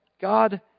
God